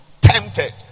tempted